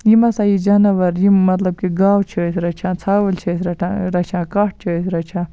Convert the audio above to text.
یِم ہَسا یہِ جاناوار یِم مطلب کہِ گاوٕ چھِ أسۍ رَچھان ژھاوٕلۍ چھِ أسۍ رَٹان رَچھان کَٹھ چھِ أسۍ رَچھان